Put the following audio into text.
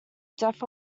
death